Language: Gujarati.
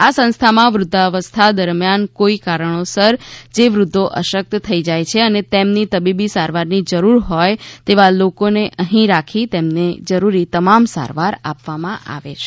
આ સંસ્થામાં વદ્વાવસ્થા દરમ્યાન કોઈ કારણોસર જે વૃદ્વો અશક્ત થઈ જાય છે અને તેમને તબીબી સારવારની જરૂર હોય તેવા લોકોને અંહી રાખી તેમને જરૂરી તમામ સારવાર આપવામાં આવે છે